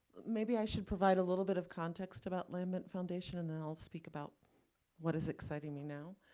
maybe i should provide a little bit of context about lambent foundation. and then, i'll speak about what is exciting me now.